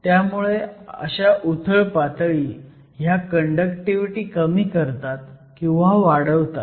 त्यामुळे अशा उथळ पातळी ह्या कंडक्टिव्हिटी कमी करतात किंवा वाढवतात